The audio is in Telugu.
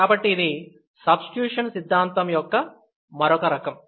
కాబట్టి ఇది సబ్స్టిట్యూషన్ సిద్ధాంతం యొక్క మరొక రకం